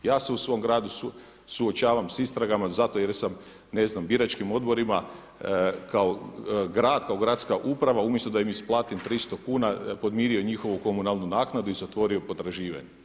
Ja se u svom gradu suočavam s istragama zato jer sam ne znam biračkim odborima kao grad, kao gradska uprava, umjesto da im isplatim 300 kuna, podmirio njihovu komunalnu naknadu i zatvorio potraživanje.